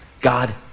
God